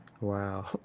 Wow